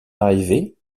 arrivée